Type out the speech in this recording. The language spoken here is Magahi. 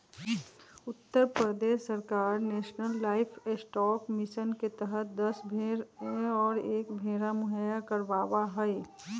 उत्तर प्रदेश सरकार नेशलन लाइफस्टॉक मिशन के तहद दस भेंड़ और एक भेंड़ा मुहैया करवावा हई